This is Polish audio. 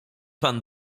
pan